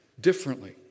differently